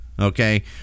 okay